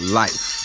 life